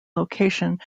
location